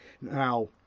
Now